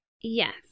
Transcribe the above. yes